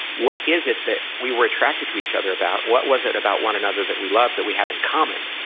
what is it that we were attracted to each other about? what was it about one another that we loved, that we have in common?